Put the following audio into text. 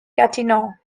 gatineau